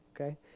Okay